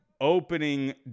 opening